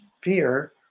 fear